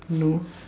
no